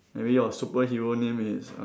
maybe our superhero name is